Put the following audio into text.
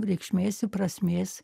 reikšmės ir prasmės